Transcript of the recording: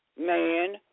man